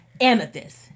Amethyst